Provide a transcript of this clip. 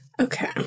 okay